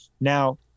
Now